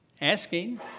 asking